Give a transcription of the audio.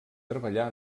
treballar